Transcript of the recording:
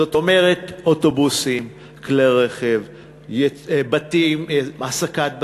זאת אומרת אוטובוסים, כלי רכב, הסקת בתים,